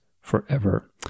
forever